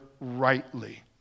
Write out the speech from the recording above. rightly